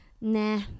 nah